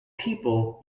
people